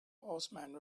horseman